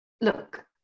look